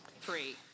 three